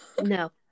no